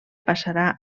passarà